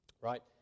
right